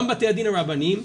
גם בתי הדין הרבניים,